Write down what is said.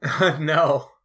No